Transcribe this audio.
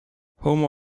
homer